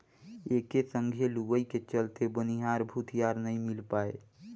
एके संघे लुवई के चलते बनिहार भूतीहर नई मिल पाये